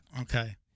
okay